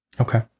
okay